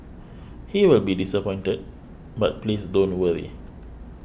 he will be disappointed but please don't worry